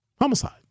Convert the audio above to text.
homicide